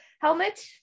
helmet